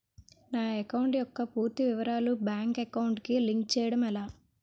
నా అకౌంట్ యెక్క పూర్తి వివరాలు బ్యాంక్ అకౌంట్ కి లింక్ చేయడం ఎలా?